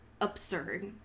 absurd